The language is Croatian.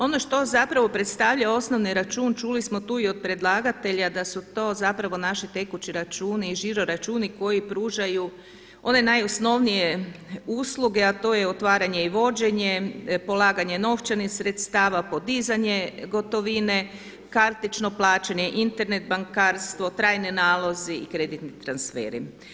Ono što zapravo predstavlja osnovni račun čuli smo tu i od predlagatelja da su to zapravo naši tekući računi i žiro računi koji pružaju one najosnovnije usluge, a to je otvaranje i vođenje, polaganje novčanih sredstava, podizanje gotovine, kartično plaćanje, Internet bankarstvo, trajni nalozi i kreditni transferi.